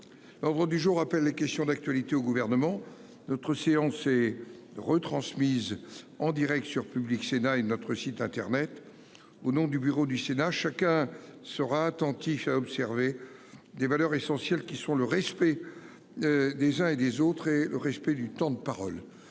Ordre du jour appelle les questions d'actualité au gouvernement. Notre séance et retransmise en Direct sur Public Sénat et notre site internet. Au nom du bureau du Sénat. Chacun sera attentif à observer des valeurs essentielles qui sont le respect. Des uns et des autres et respect du temps de parole.